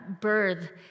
birth